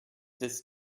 this